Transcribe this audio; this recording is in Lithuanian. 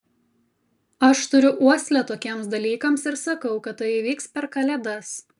aš turiu uoslę tokiems dalykams ir sakau kad tai įvyks per kalėdas